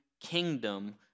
kingdom